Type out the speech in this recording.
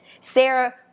Sarah